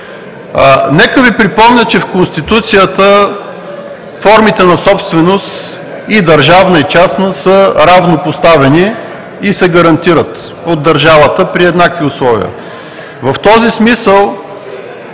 Нека Ви припомня, че в Конституцията формите на собственост – и държавна, и частна, са равнопоставени и се гарантират от държавата при еднакви условия.